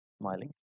smiling